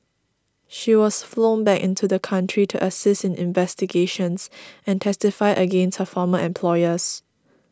she was flown back into the country to assist in investigations and testify against her former employers